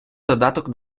додаток